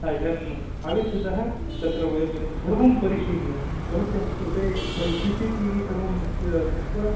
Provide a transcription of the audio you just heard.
इदानीं आगच्छतः तत्र वयम् इदं सर्वं परिशील्य भवत्याः कृते वयं सि सि टि वि सर्वं दृष्ट्वा